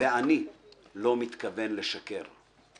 ואני לא מתכוון לשקר.